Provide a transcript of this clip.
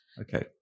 okay